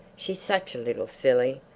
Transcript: she's such a little silly.